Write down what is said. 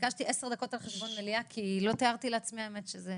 ביקשתי 10 דקות על חשבון המליאה כי לא תיארתי לעצמי שזה